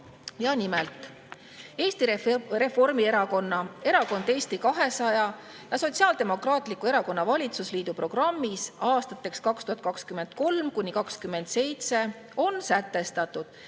nimelt, Eesti Reformierakonna, Erakond Eesti 200 ja Sotsiaaldemokraatliku Erakonna valitsusliidu programmis aastateks 2023–2027 on sätestatud,